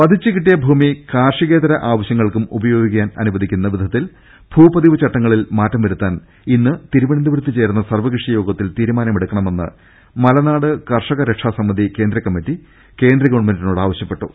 പതിച്ചു കിട്ടിയ ഭൂമി കാർഷികേതര ആവശ്യങ്ങൾക്കും ഉപയോഗിക്കാൻ അനുവദി ക്കുന്ന വിധത്തിൽ ഭൂപതിവ് ചട്ടങ്ങളിൽ മാറ്റം വരുത്താൻ ഇന്ന് തിരുവന്തപു രത്ത് ചേരുന്ന സർവ്വകക്ഷി യോഗത്തിൽ തീരുമാനമെടുക്കണമെന്ന് മലനാട് കർഷക രക്ഷാ സമിതി കേന്ദ്ര കമ്മിറ്റി കേന്ദ്ര ഗവൺമെന്റിനോട് ആവശ്യപ്പെ ട്ടു